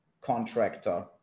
contractor